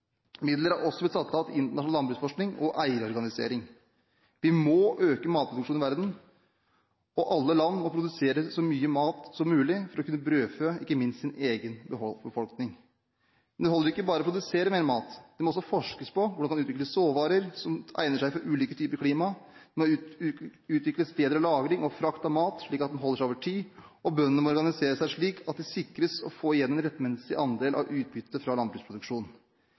Midler er også blitt satt av til internasjonal landsbruksforskning og eierorganisering. Vi må øke matproduksjonen i verden, og alle land må produsere så mye mat som mulig for å kunne brødfø ikke minst sin egen befolkning. Men det holder ikke bare å produsere mer mat. Det må også forskes på hvordan det kan utvikles såvarer som egner seg for ulike typer klima, det må utvikles bedre lagring og frakt av mat, slik at den holder seg over tid, og bøndene må organisere seg slik at de sikres å få igjen sin rettmessige andel av utbyttet fra landbruksproduksjonen.